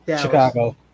Chicago